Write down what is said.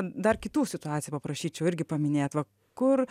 dar kitų situacijų paprašyčiau irgi paminėt va kur